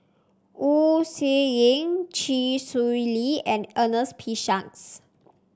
Wu Tsai Yen Chee Swee Lee and Ernest P Shanks